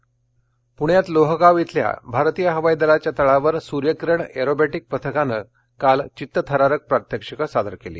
सूर्यकिरण पुण्यात लोहगांव इथल्या भारतीय हवाई दलाच्या तळावर सुर्य किरण एरोबेटिक पथकानं काल चित्तथरारक प्रात्यक्षिकं सादर केली